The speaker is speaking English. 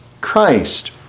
Christ